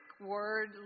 word